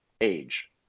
age